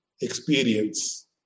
experience